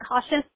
cautious